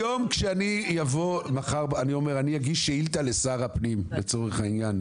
אם אני אגיש שאילתה לשר הפנים לצורך העניין,